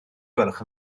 gwelwch